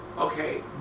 okay